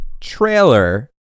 trailer